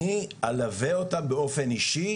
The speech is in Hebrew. אני אלווה אותם באופן אישי,